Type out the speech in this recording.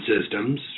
systems